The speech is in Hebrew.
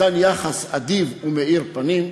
מתן יחס אדיב ומאיר פנים.